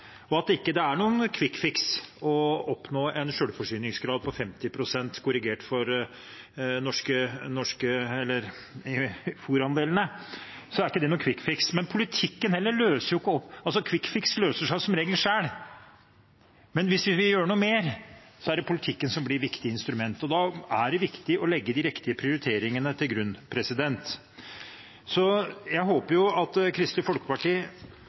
jeg er ikke helt sikker på om regjeringen til syvende og sist vil prioritere det, og det er ganske annerledes. Jeg deler mye av det landbruksministeren sa i sitt innlegg. Det å oppnå en selvforsyningsgrad på 50 pst., korrigert for fôrandelene, er ingen kvikkfiks. Kvikkfiks løser seg som regel, men hvis vi vil gjøre noe mer, er det politikken som blir et viktig instrument, og da er det viktig å legge de riktige prioriteringene til grunn. Jeg håper at Kristelig Folkeparti